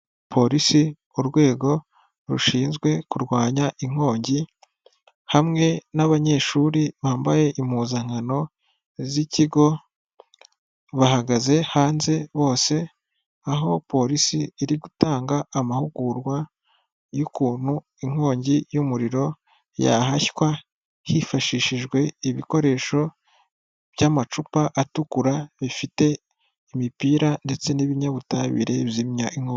Polisi urwego rushinzwe kurwanya inkongi hamwe n'abanyeshuri bambaye impuzankano z'ikigo. Bahagaze hanze bose aho polisi iri gutanga amahugurwa y'ukuntu inkongi y'umuriro yahashywa hifashishijwe ibikoresho by'amacupa atukura bifite imipira ndetse n'ibinyabutabire bizimya inkongi.